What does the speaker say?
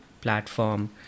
platform